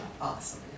Awesome